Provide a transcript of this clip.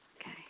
Okay